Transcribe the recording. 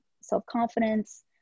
self-confidence